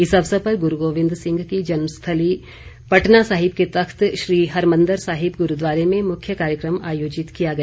इस अवसर पर गुरू गोविंद सिंह की जन्मस्थली पटना साहिब के तख्त श्री हरमंदर साहिब गुरूद्वारे में मुख्य कार्यक्रम आयोजित किया गया